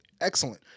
excellent